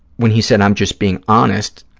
when he said, i'm just being honest,